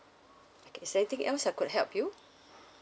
okay is anything else I could help you